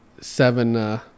seven